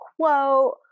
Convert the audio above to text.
quote